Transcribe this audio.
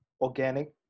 Organic